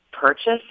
purchase